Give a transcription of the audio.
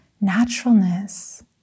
naturalness